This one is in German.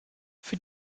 für